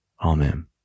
Amen